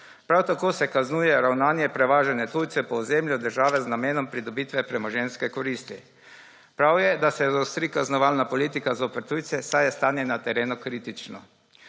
Prav tako se kaznuje ravnanje prevažanja tujcev po ozemlju države z namenom pridobitve premoženjske koristi. Prav je, da se zaostri kaznovalna politika zoper tujce, saj je stanje na terenu kritično.